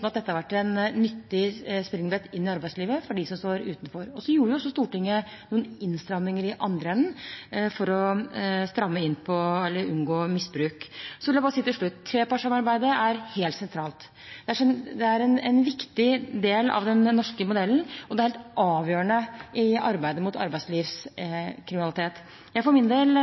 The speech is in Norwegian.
dette har vært et nyttig springbrett inn i arbeidslivet for dem som står utenfor. Så gjorde jo også Stortinget innstramminger i andre enden for å unngå misbruk. Så vil jeg bare si til slutt: Trepartssamarbeidet er helt sentralt. Det er en viktig del av den norske modellen og helt avgjørende i arbeidet mot arbeidslivskriminalitet. Jeg for min del